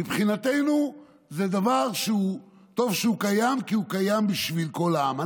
מבחינתנו זה דבר שטוב שהוא קיים כי הוא קיים בשביל כל העם,